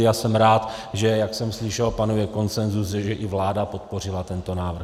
Já jsem rád, že jak jsem slyšel panuje konsenzus, že i vláda podpořila tento návrh.